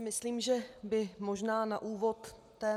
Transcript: Myslím si, že by možná na úvod